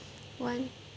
one